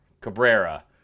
Cabrera